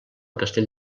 castell